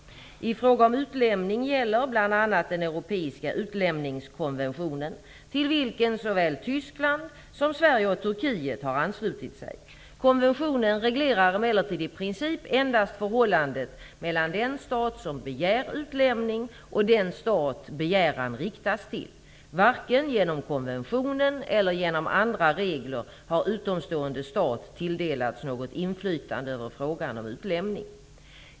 I fråga om utlämning gäller bl.a. den europeiska utlämningskonventionen till vilken såväl Tyskland som Sverige och Turkiet har anslutit sig. Konventionen reglerar emellertid i princip endast förhållandet mellan den stat som begär utlämning och den stat begäran riktas till. Varken genom konventionen eller genom andra regler har utomstående stat tilldelats något inflytande över frågan om utlämning.